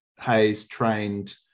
Hayes-trained